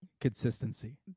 consistency